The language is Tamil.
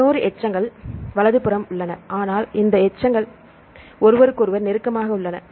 11 எச்சங்கள் வலதுபுறம் உள்ளன ஆனால் இந்த எச்சங்கள் ஒருவருக்கொருவர் நெருக்கமாக உள்ளன